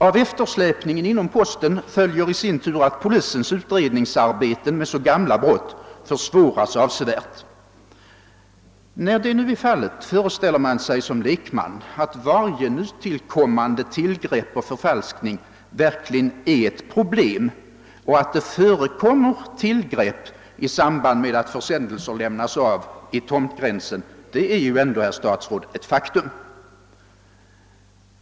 Av eftersläpningen inom posten följer i sin tur att polisens utredningsarbete försvåras avsevärt. När det nu förhåller sig så, föreställer man sig som lekman att varje nytillkommande tillgrepp och förfalskning verkligen är ett problem — och att det förekommer tillgrepp i samband med att försändelser avlämnas vid tomtgränsen är ändå ett faktum, herr statsråd!